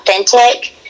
authentic